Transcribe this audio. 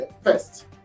first